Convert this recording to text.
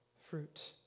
fruit